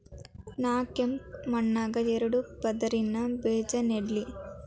ನಾ ಕೆಂಪ್ ಮಣ್ಣಾಗ ಎರಡು ಪದರಿನ ಬೇಜಾ ನೆಡ್ಲಿ?